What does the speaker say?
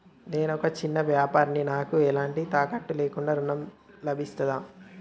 నేను ఒక చిన్న వ్యాపారిని నాకు ఎలాంటి తాకట్టు లేకుండా ఋణం లభిస్తదా?